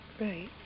Right